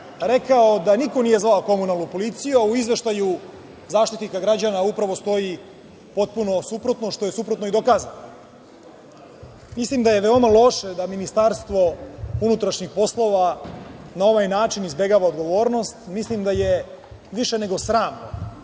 rekao da niko nije zvao komunalnu policiju, a u izveštaju Zaštitnika građana upravo stoji potpuno suprotno, što je suprotno i dokazano. Mislim da je veoma loše da Ministarstvo unutrašnjih poslova na ovaj način izbegava odgovornost. Mislim da je više nego sramno